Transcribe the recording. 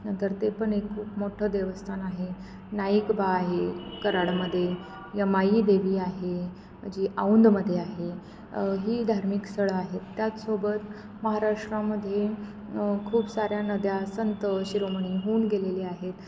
नंतर ते पण एक खूप मोठं देवस्थान आहे नाईकबा आहे कऱ्हाडमध्ये यमाई देवी आहे जी औंधमध्ये आहे ही धार्मिक स्थळं आहेत त्याचसोबत महाराष्ट्रामध्ये खूप साऱ्या नद्या संत शिरोमणी होऊन गेलेले आहेत